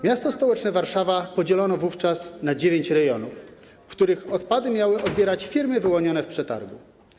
Miasto stołeczne Warszawę podzielono wówczas na 9 rejonów, w których odpady miały odbierać firmy wyłonione w przetargu.